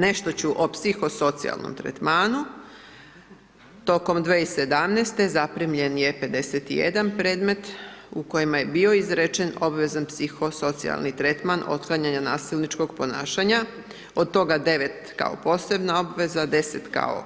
Nešto ću o psihosocijalnom tretmanu, tokom 2017. zaprimljen je 51 predmet u kojima je bio izrečen obvezan psihosocijalni tretman otklanjanja nasilničkog ponašanja, od toga 9 kao posebna obveza, 10 kao,